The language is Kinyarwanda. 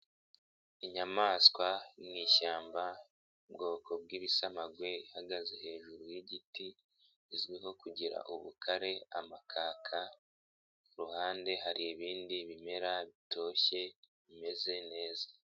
Inyamaswa mu ishyamba mu bwoko bw'ibisamagwe, ihagaze hejuru y'igiti, izwiho kugira ubukare amakaka, ku ruhande hari ibindi bimera bitoshye, bimeze neza.